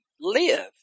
live